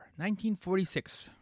1946